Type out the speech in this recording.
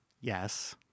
Yes